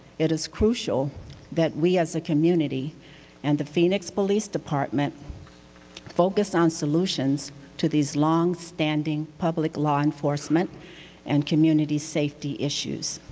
it is crucial that we as a community and the phoenix police department focus on solutions to these long-standing public law enforcement and community safety issues.